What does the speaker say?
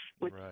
Right